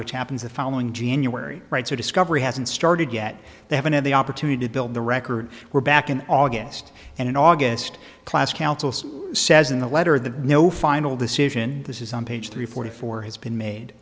which happens the following january writes a discovery hasn't started yet they haven't had the opportunity to build the record we're back in august and in august class council says in the letter that no final decision this is on page three forty four has been made